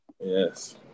yes